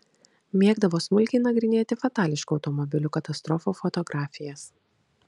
mėgdavo smulkiai nagrinėti fatališkų automobilių katastrofų fotografijas